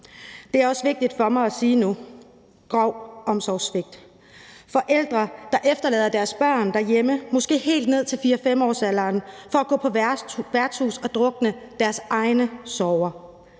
Det er også vigtigt for mig at sige nu. Grov omsorgssvigt er, når forældre efterlader deres børn – måske helt ned til 4-5-årsalderen – derhjemme for at gå på værtshus og drukne deres egne sorger.